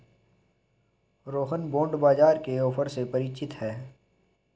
Rohan bond बाजार के offer से परिचित है